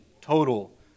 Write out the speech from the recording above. total